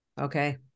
Okay